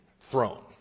throne